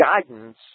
guidance